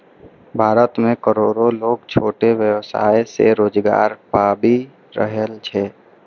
भारत मे करोड़ो लोग छोट व्यवसाय सं रोजगार पाबि रहल छै